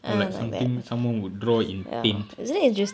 or like something someone would draw in paint